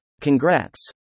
Congrats